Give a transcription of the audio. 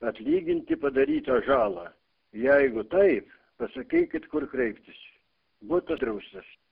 atlyginti padarytą žalą jeigu taip pasakykit kur kreiptis butas draustas